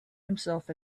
himself